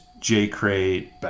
J-crate